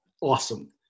awesome